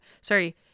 sorry